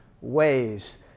ways